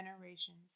generations